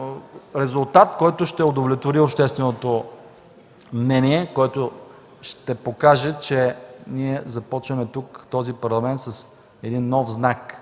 резултат, който ще удовлетвори общественото мнение, което ще покаже, че ние започваме в този Парламент с един нов знак,